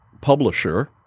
publisher